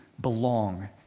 belong